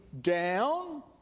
down